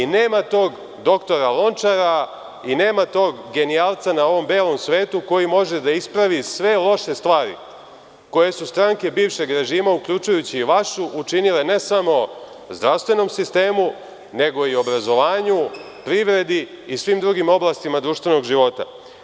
Nema tog doktora Lončara i nema tog genijalca na ovom belom svetu koji može da ispravi sve loše stvari koje su stranke bivšeg režima, uključujući i vašu, učinile ne samo zdravstvenom sistemu, nego i obrazovanju, privredi i svim drugim oblastima društvenog života.